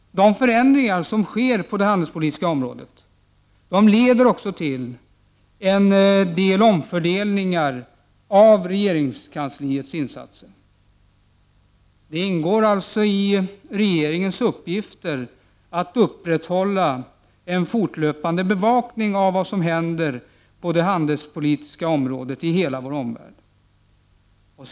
De förändringar som sker på det handelspolitiska området leder också till en del omfördelningar av regeringskansliets insatser. Det ingår alltså i regeringens uppgifter att fortlöpande bevaka händelseutvecklingen på det handelspolitiska området i hela vår omvärld.